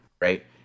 right